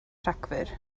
rhagfyr